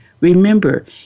Remember